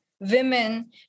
women